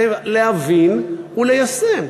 להבין וליישם.